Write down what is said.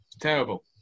terrible